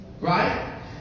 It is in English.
right